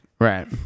Right